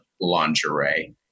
lingerie